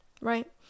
right